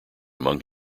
among